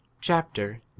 chapter